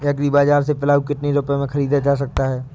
Agree बाजार से पिलाऊ कितनी रुपये में ख़रीदा जा सकता है?